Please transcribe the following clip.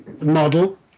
model